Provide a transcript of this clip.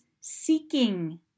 seeking